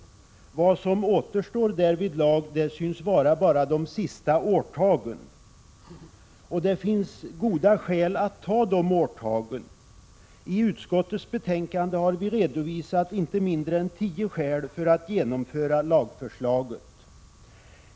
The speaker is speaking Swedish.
Vad som återstår därvidlag synes vara bara de sista årtagen. Det finns goda skäl att ta de årtagen. I utskottets betänkande har vi redovisat inte mindre än tio skäl för att genomföra lagförslaget.